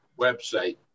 website